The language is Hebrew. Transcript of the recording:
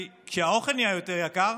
כי כשהאוכל נהיה יותר יקר,